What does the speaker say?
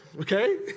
okay